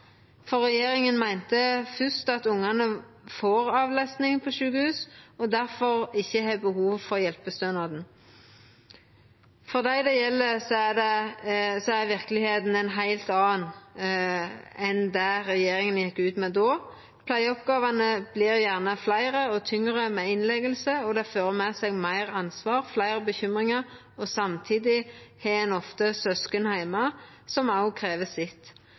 Regjeringa meinte fyrst at ungane får avlasting på sjukehus og difor ikkje har behov for hjelpestønaden. For dei det gjeld, er verkelegheita ei heilt anna enn det regjeringa gjekk ut med då. Pleieoppgåvene vert gjerne fleire og tyngre med innlegging, det fører med seg meir ansvar og fleire bekymringar, og samtidig har ein ofte søsken heime som òg krev sitt.